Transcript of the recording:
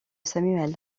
samuel